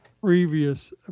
previous